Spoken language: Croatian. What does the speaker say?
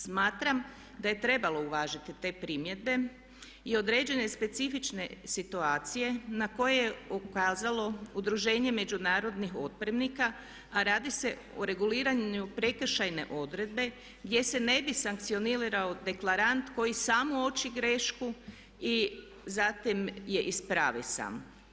Smatram da je trebalo uvažiti te primjedbe i određene specifične situacije na koje je ukazalo Udruženje međunarodnih otpremnika, a radi se o reguliranju prekršajne odredbe gdje se ne bi sankcionirao deklarant koji sam uoči grešku i zatim je ispravi sam.